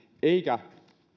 eikä